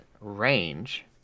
range